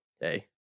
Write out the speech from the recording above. hey